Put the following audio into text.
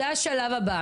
זה השלב הבא,